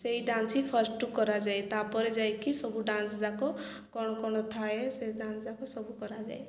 ସେଇ ଡାନ୍ସ ହିଁ ଫାର୍ଷ୍ଟ କରାଯାଏ ତା'ପରେ ଯାଇକି ସବୁ ଡାନ୍ସ ଯାକ କ'ଣ କ'ଣ ଥାଏ ସେ ଡାନ୍ସ ଯାକ ସବୁ କରାଯାଏ